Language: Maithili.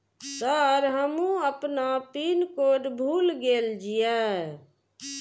सर हमू अपना पीन कोड भूल गेल जीये?